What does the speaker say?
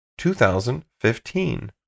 2015